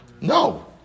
No